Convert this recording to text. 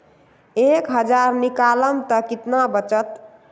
एक हज़ार निकालम त कितना वचत?